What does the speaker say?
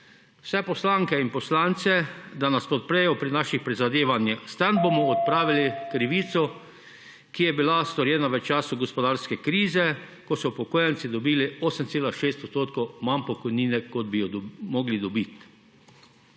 vse poslanke in poslance, da nas podprejo pri naših prizadevanjih. / znak za konec razprave/ S tem bomo odpravili krivico, ki je bila storjena v času gospodarske krize, ko so upokojenci dobili 8,6 % manj pokojnine, kot bi jo mogli dobit.